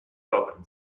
opens